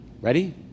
Ready